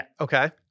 Okay